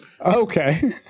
Okay